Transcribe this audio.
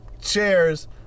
chairs